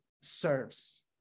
serves